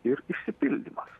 ir išsipildymas